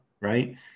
right